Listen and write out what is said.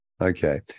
Okay